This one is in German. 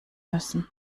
müssen